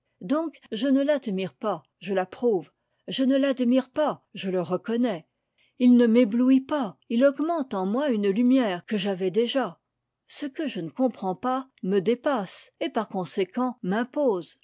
donc je ne l'admire pas je l'approuve je ne l'admire pas je le reconnais il ne m'éblouit pas il augmente en moi une lumière que j'avais déjà ce que je ne comprends pas me dépasse et par conséquent m'impose